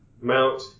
mount